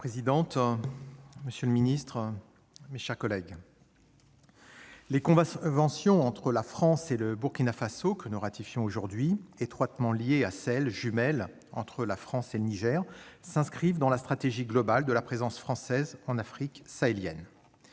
Madame la présidente, monsieur le secrétaire d'État, mes chers collègues, les conventions entre la France et le Burkina Faso que nous ratifions aujourd'hui, étroitement liées à celles, jumelles, entre la France et le Niger, s'inscrivent dans la stratégie globale de la présence française en Afrique sahélienne.